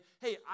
hey